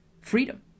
Freedom